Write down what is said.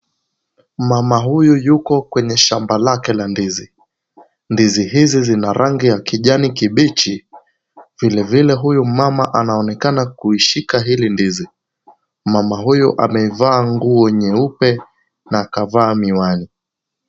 Mama huyu yuko kwenye shamba lake la ndizi. Ndizi hizi zina rangi ya kijani kibichi vilevile huyu mama anaonekana kuishika hili ndizi. Mama huyu amevaa nguo nyeupe na akavaa miwani.